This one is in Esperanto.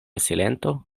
silento